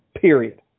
period